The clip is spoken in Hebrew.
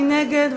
מי נגד?